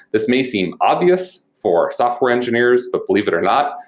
this may seem obvious for software engineers. but believe it or not,